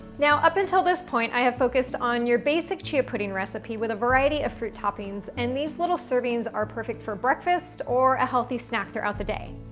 now, up until this point i have focused on your basic chia pudding recipe with a variety of fruit toppings, and these little servings are perfect for breakfast or a healthy snack throughout the day.